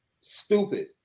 stupid